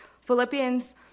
Philippians